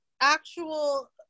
actual